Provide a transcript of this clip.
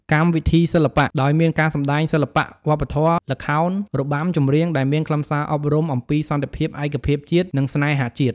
កម្មវិធីសិល្បៈ ដោយមានការសម្តែងសិល្បៈវប្បធម៌ ល្ខោន របាំ ចម្រៀង ដែលមានខ្លឹមសារអប់រំអំពីសន្តិភាព ឯកភាពជាតិ និងស្នេហាជាតិ។